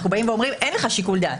אנחנו אומרים אין לך שיקול דעת.